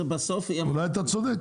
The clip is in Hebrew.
אולי אתה צודק.